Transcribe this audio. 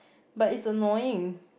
but it's annoying